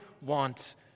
want